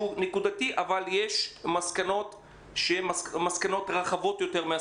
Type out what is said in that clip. נקודתי אבל עולות ממנו מסקנות רחבות יותר.